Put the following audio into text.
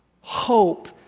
Hope